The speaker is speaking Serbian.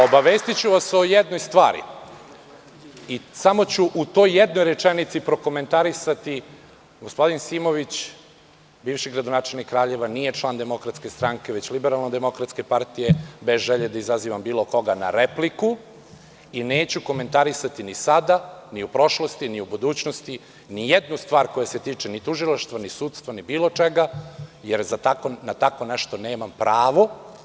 Obavestiću vas o jednoj stvari i samo ću u toj jednoj rečenici prokomentarisati – gospodin Simović, bivši gradonačelnik Kraljeva nije član DS, već LDP, bez želje da izazivam bilo koga na repliku i neću komentarisati ni sada, ni u prošlosti, ni u budućnosti nijednu stvar koja se tiče ni tužilaštva, ni sudstva, ni bilo čega, jer na tako nešto nemam pravo.